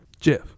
jeff